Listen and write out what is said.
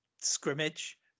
scrimmage